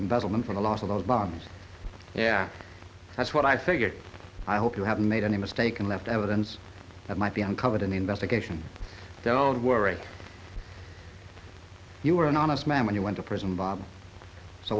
embezzlement for the loss of those bombs yeah that's what i figured i hope you haven't made any mistake and left evidence that might be uncovered in the investigation don't worry you were an honest man when you went to prison bob so